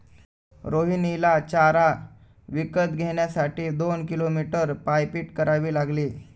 रोहिणीला चारा विकत घेण्यासाठी दोन किलोमीटर पायपीट करावी लागली